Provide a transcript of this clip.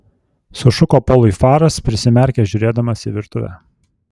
sušuko polui faras prisimerkęs žiūrėdamas į virtuvę